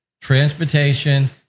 transportation